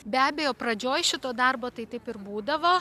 be abejo pradžioj šito darbo tai taip ir būdavo